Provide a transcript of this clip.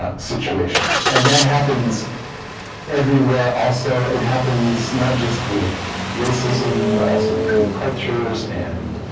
ah situation and that happens everywhere also it happens not just with racism but also between cultures and